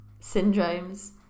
syndromes